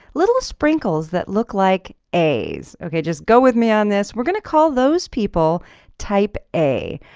little sprinkles that look like a's. okay just go with me on this. we're going to call those people type a.